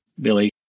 billy